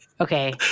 Okay